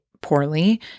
poorly